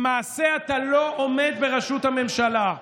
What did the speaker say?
למעשה אתה לא עומד בראשות הממשלה.